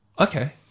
okay